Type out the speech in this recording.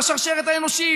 בשרשרת האנושית,